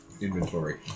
inventory